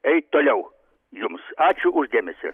eit toliau jums ačiū už dėmesį